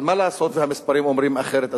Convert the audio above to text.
אבל מה לעשות שהמספרים אומרים אחרת,